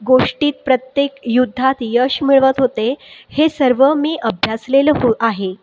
गोष्टीत प्रत्येक युद्धात यश मिळवत होते हे सर्व मी अभ्यासलेलं हो आहे